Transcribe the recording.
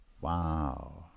wow